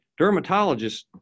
dermatologists